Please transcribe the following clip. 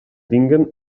tinguen